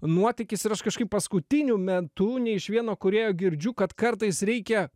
nuotykis ir aš kažkaip paskutiniu metu nei iš vieno kūrėjo girdžiu kad kartais reikia